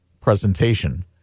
presentation